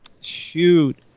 Shoot